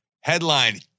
Headline